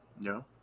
no